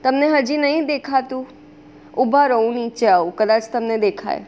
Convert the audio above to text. તમને હજી નથી દેખાતું ઊભા રહો હું નીચે આવું કદાચ તમને દેખાય